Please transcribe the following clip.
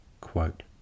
quote